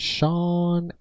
Sean